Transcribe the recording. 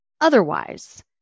Otherwise